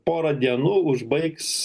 porą dienų užbaigs